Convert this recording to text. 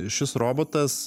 šis robotas